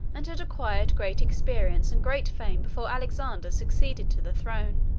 and had acquired great experience and great fame before alexander succeeded to the throne.